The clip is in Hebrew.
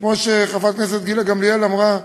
כמו שחברת הכנסת גילה גמליאל אמרה,